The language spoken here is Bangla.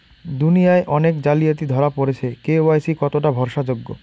দুনিয়ায় অনেক জালিয়াতি ধরা পরেছে কে.ওয়াই.সি কতোটা ভরসা যোগ্য?